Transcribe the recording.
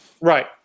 Right